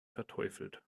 verteufelt